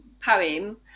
poem